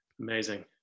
Amazing